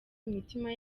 imitima